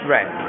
Right